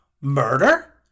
murder